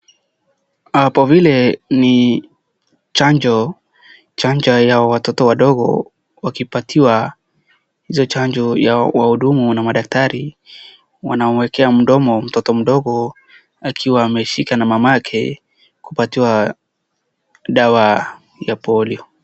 Hapo vile ni chanjo, chanjo ya watoto wadogo wakipatiwa hizo chanjo ya wahudumu na madaktari, wanawekea mdomo mtoto mdogo akiwa ameshikwa na mamake kupatiwa dawa ya polio.